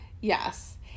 Yes